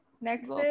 next